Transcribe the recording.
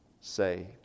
saved